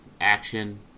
action